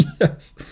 Yes